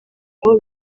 aho